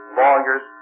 lawyers